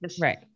right